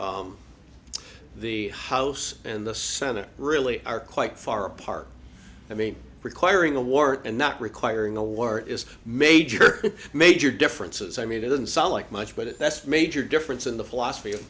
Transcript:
where the house and the senate really are quite far apart i mean requiring a war and not requiring a war is a major major differences i mean it doesn't sound like much but that's major difference in the philosophy of